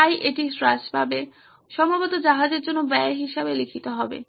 তাই এটি হ্রাস পাবে সম্ভবত জাহাজের জন্য ব্যয় হিসাবে লিখিত হবে